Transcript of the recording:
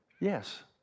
Yes